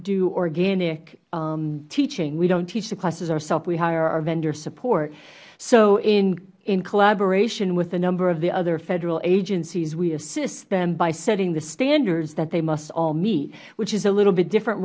do organic teaching we dont teach the classes ourselves we hire our vendor support so in collaboration with a number of the other federal agencies we assist them by setting the standards that they must all meet which is a little bit different